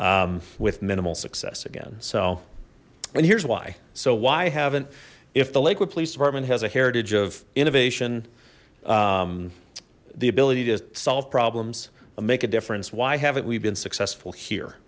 with minimal success again so and here's why so why haven't if the lakewood police department has a heritage of innovation the ability to solve problems make a difference why haven't we been successful here